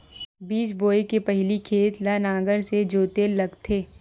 बीज बोय के पहिली खेत ल नांगर से जोतेल लगथे?